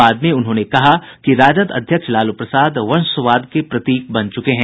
बाद में उन्होंने कहा कि राजद अध्यक्ष लालू प्रसाद वंशवाद के प्रतीक बन चुके हैं